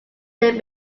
they